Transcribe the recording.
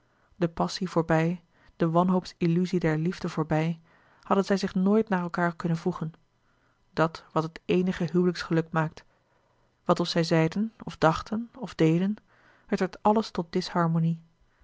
de passie voorbij de wanhoopsilluzie der liefde voorbij hadden zij zich nooit naar elkaâr kunnen voegen dat wat het eenige huwelijksgeluk maakt wat of zij zeiden of dachten of deden het werd alles tot disharmonie